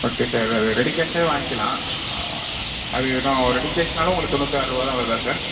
okay sir அது ready கேஷ்ஷே வாய்ங்கிக்கலாம் அது ஏன்னா ரெடி கேஷ்னாலும் உங்களுக்கு தொண்ணூத்தாரூவா தான் வருதா சார்